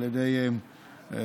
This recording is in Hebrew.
על ידי טנקים,